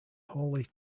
holy